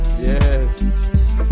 Yes